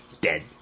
dead